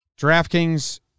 DraftKings